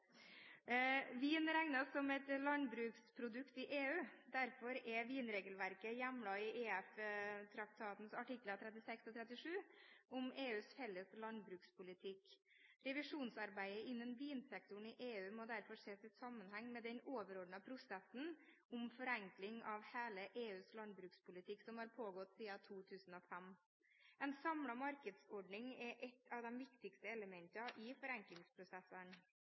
Vin regnes som et landbruksprodukt i EU. Derfor er vinregelverket hjemlet i EF-traktatens artikler 36 og 37, om EUs felles landbrukspolitikk. Revisjonsarbeidet innen vinsektoren i EU må derfor ses i sammenheng med den overordnede prosessen om forenkling av hele EUs landbrukspolitikk, som har pågått siden 2005. En samlet markedsordning er et av de viktigste elementene i forenklingsprosessene.